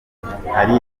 hari